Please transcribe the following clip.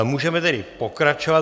Můžeme tedy pokračovat.